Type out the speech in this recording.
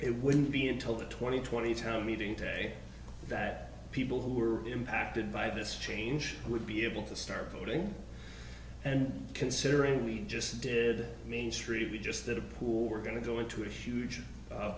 it wouldn't be until the twenty twenty town meeting today that people who were impacted by this change would be able to start voting and considering we just did mainstream we just had a pool we're going to go into a huge